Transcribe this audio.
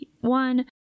one